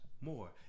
more